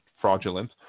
fraudulent